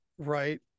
Right